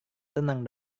tenang